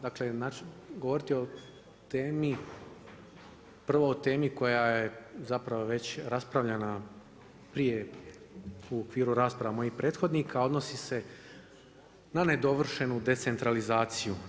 Dakle, govoriti o temi, prvo o temi koja je zapravo već raspravljena prije u okviru rasprava mojih prethodnika, odnosi se na nedovršenu decentralizaciju.